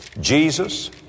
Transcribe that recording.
Jesus